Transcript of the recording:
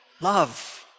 love